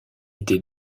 était